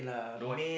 don't